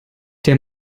der